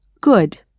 Good